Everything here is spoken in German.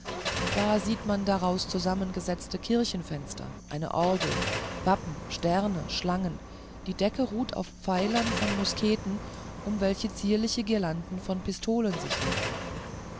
da sieht man daraus zusammengesetzte kirchenfenster eine orgel wappen sterne schlangen die decke ruht auf pfeilern von musketen um welche zierliche girlanden von pistolen sich winden